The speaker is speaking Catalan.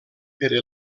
per